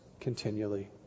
continually